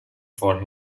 for